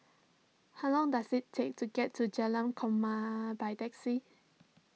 how long does it take to get to Jalan Korma by taxi